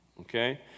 Okay